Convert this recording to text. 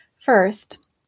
First